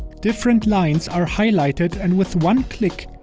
different lines are highlighted and with one click,